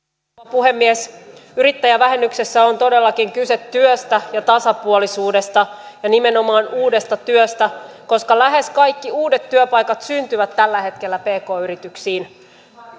puhemies yrittäjävähennyksessä on todellakin kyse työstä ja tasapuolisuudesta ja nimenomaan uudesta työstä koska lähes kaikki uudet työpaikat syntyvät tällä hetkellä pk yrityksiin